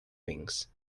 wings